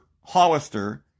Hollister